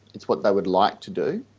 it's what they would like to do.